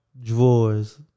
drawers